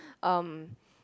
um